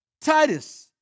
Titus